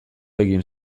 egin